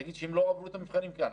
תגיד שהם לא עברו את המבחנים כאן.